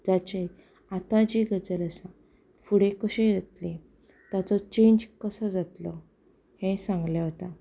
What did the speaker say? जाचे आतां जी गजाल आसा फुडें कशे आसतली ताचो चेंज कसो जातलो हें सांगलें वता